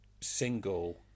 single